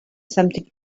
something